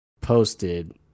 posted